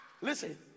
Listen